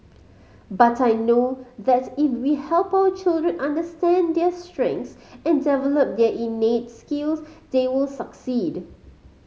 but I know that if we help our children understand their strengths and develop their innate skills they will succeed